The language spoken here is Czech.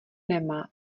nemá